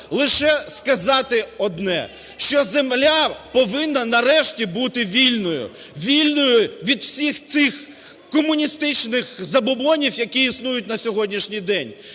лише сказати одне, що земля повинна нарешті бути вільною, вільною від всіх цих комуністичних забобонів, які існують на сьогоднішній день.